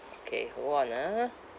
okay hold on ah